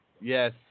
Yes